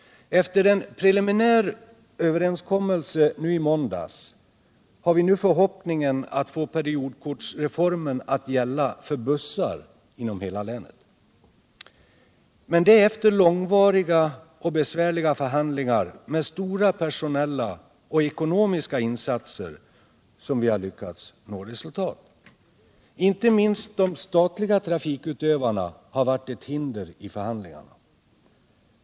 Efter en preliminär överenskommelse i måndags har vi förhoppningen att få periodkortsreformen att gälla för bussar inom hela länet. Men det är efter långvariga och besvärliga förhandlingar med stora personella och ekonomiska insatser som vi lyckats nå resultat. Inte minst de statliga trafikutövarna har varit ett hinder i förhandlingarna.